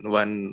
one